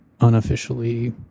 unofficially